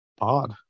Odd